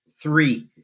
Three